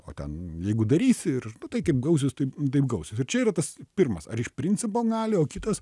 o ten jeigu darysi ir nu tai kaip gausis taip taip gausis ir čia yra tas pirmas ar iš principo gali o kitas